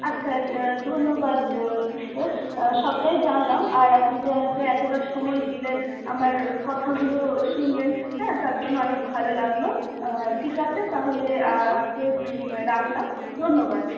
আচ্ছা আচ্ছা ধন্যবাদ সিস্টার সবটাই জানলাম আর আপনি যে আমাকে এতটা সময় দিলেন আমার কথাগুলো শুনলেন হ্যাঁ তার জন্য অনেক ভালো লাগলো ঠিক আছে তাহলে আজকে রাখলাম ধন্যবাদ